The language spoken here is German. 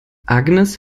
agnes